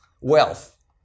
Wealth